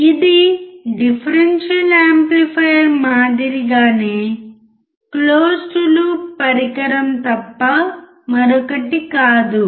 ఇది differential amplifier మాదిరిగానే closed loop పరికరం తప్ప మరొకటి కాదు